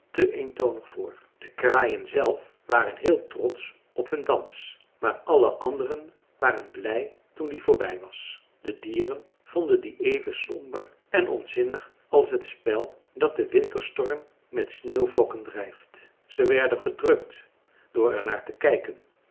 te eentonig voor de kraaien zelf waren heel trotsch op hun dans maar alle anderen waren blij toen die voorbij was de dieren vonden dien even somber en onzinnig als het spel dat de winterstorm met de sneeuwvlokken drijft ze werden gedrukt door er naar te kijken